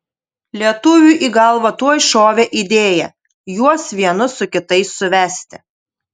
lietuviui į galvą tuoj šovė idėja juos vienus su kitais suvesti